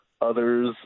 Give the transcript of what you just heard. Others